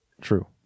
True